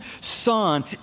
son